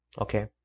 okay